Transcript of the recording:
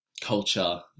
culture